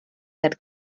that